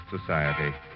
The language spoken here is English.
Society